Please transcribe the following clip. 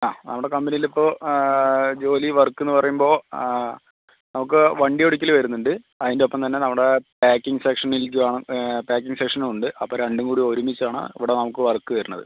ആ അവിടെ കമ്പനിയിൽ ഇപ്പോൾ ജോലി വർക്ക് എന്ന് പറയുമ്പോൾ നമുക്ക് വണ്ടി ഓടിക്കൽ വരുന്നുണ്ട് അതിൻ്റെ ഒപ്പം തന്നെ നമ്മുടെ പാക്കിംഗ് സെക്ഷനിലേക്ക് വേണം പാക്കിംഗ് സെക്ഷനും ഉണ്ട് അപ്പം രണ്ടും കൂടി ഒരുമിച്ചാണ് ഇവിടെ നമുക്ക് വർക്ക് വരണത്